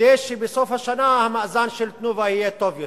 כדי שבסוף השנה המאזן של "תנובה" יהיה טוב יותר.